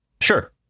Sure